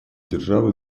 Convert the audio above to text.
державы